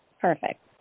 Perfect